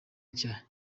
nshya